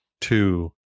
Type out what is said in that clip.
two